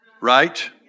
Right